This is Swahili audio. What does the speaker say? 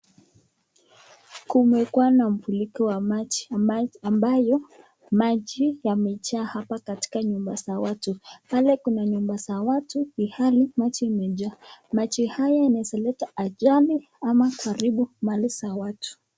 Kumekuwa na mfuriko wa maji ambayo maji yamejaa hapa katika nyumba za watu. Pale kuna nyumba za watu ilhali maji imejaa. Maji haya yanaweza leta ajali ama kuharibu mali za watu.